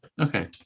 Okay